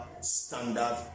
standard